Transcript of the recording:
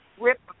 rip